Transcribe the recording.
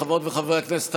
חברות וחברי הכנסת,